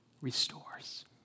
restores